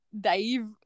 dave